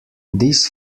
this